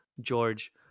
George